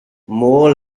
more